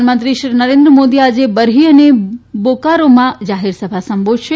પ્રધાનમંત્રી શ્રી નરેન્દ્ર મોદી આજે બરહી અને બોકારોમાં જાહેર સભા સંબોધશે